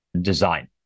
design